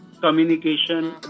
communication